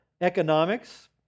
economics